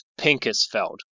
Pinkusfeld